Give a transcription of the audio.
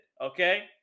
okay